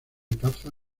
caza